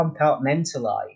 compartmentalize